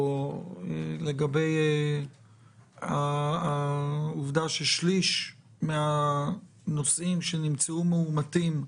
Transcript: לגבי העובדה ששליש מהנוסעים שנמצאו מאומתים,